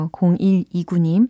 0129님